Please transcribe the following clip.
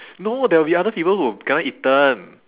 no there'll be other people who kena eaten